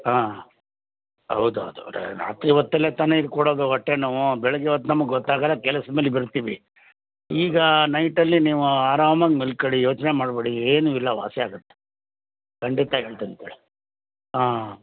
ಹಾಂ ಹೌದು ಹೌದು ರಾತ್ರಿ ಹೊತ್ತಲ್ಲೇ ತಾನೇ ಇದು ಕೊಡೋದು ಹೊಟ್ಟೆ ನೋವು ಬೆಳಿಗ್ಗೆ ಹೊತ್ತು ನಮ್ಗೆ ಗೊತ್ತಾಗೋಲ್ಲ ಕೆಲ್ಸ್ದ ಮೇಲೆ ಬೀಳ್ತೀವಿ ಈಗ ನೈಟಲ್ಲಿ ನೀವು ಅರಾಮಾಗಿ ಮಲ್ಕೊಳಿ ಯೋಚನೆ ಮಾಡಬೇಡಿ ಏನೂ ಇಲ್ಲ ವಾಸಿ ಆಗುತ್ತೆ ಖಂಡಿತ ಹೇಳ್ತೀನಿ ಬಿಡಿ ಹಾಂ